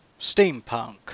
steampunk